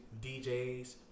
djs